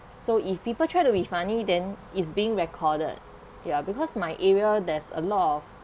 so if people try to be funny then it's being recorded yeah because my area there's a lot of